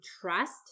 trust